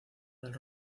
del